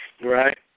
right